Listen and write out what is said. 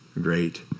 great